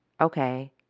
Okay